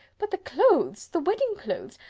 but the clothes, the wedding clothes!